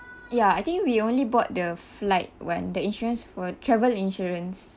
ya I think we only bought the flight [one] the insurance for travel insurance